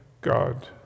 God